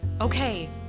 Okay